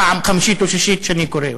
פעם חמישית או שישית שאני קורא אותו.